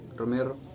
romero